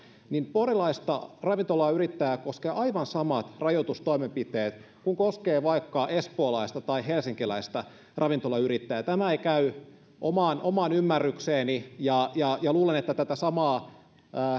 porilaista ravintolayrittäjää koskee aivan samat rajoitustoimenpiteet kuin koskee vaikka espoolaista tai helsinkiläistä ravintolayrittäjää tämä ei käy omaan omaan ymmärrykseeni ja ja luulen että tätä samaa